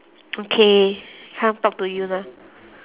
okay come talk to you lah